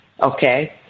okay